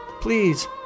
Please